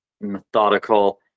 methodical